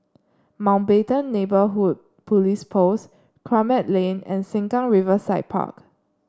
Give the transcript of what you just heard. Mountbatten Neighbourhood Police Post Kramat Lane and Sengkang Riverside Park